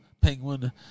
Penguin